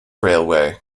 railway